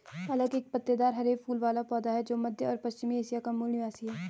पालक एक पत्तेदार हरे फूल वाला पौधा है जो मध्य और पश्चिमी एशिया का मूल निवासी है